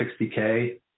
60K